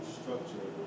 structure